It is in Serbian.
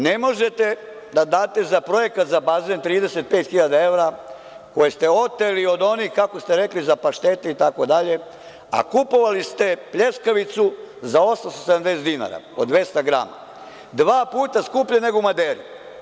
Ne možete da date za projekat za bazen 35 hiljada evra koje ste oteli od onih, kako ste rekli – za paštete itd, a kupovali ste pljeskavicu za 870 dinara, od 200 grama, dva puta skuplje nego u „Maderi“